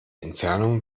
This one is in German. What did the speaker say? entfernung